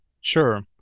Sure